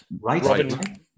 right